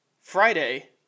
Friday